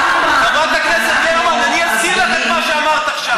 חברת הכנסת גרמן, אני אזכיר לך את מה שאמרת עכשיו.